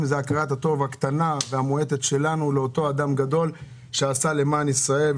זו הכרת הטוב הקטנה והמועטת שלנו לאותו אדם גדול שעשה למען ישראל.